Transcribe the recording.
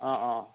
অঁ অঁ